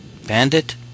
Bandit